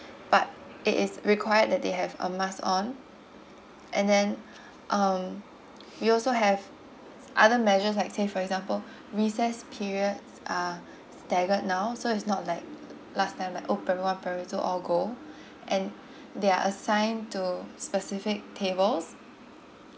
but it is required that they have a mask on and then um we also have other measures like say for example recess periods are staggered now so it's not like last time like oh primary one primary two all go and they are assigned to specific tables